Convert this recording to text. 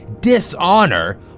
Dishonor